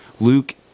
Luke